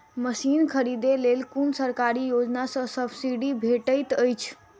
Machine खरीदे लेल कुन सरकारी योजना सऽ सब्सिडी भेटैत अछि?